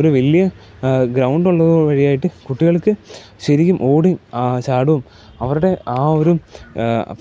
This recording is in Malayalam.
ഒരു വലിയ ഗ്രൗണ്ട് ഉള്ളത് വഴിയായിട്ട് കുട്ടികൾക്ക് ശരിക്കും ഓടുകയും ചാടുകയും അവരുടെ ആ ഒരു